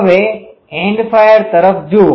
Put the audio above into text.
હવે end fire તરફ જુઓ